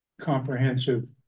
comprehensive